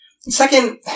Second